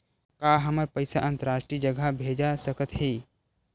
का हमर पईसा अंतरराष्ट्रीय जगह भेजा सकत हे?